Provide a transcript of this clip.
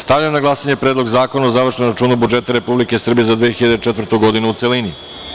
Stavljam na glasanje Predlog zakona o završnom računu budžeta Republike Srbije za 2004. godinu, u celini.